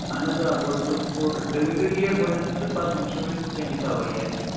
اَہَن حظ آ گۄڈٕ تُلَو أسۍ بولڈَر تُہۍ ؤنۍتَو ریٹ گۄڈٕنٮ۪تھ تہٕ پتہٕ وُچھٕو أسۍ کیٛاہ حِسابہٕ یِیہِ اَسہِ